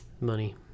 Money